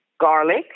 garlic